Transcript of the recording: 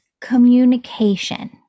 communication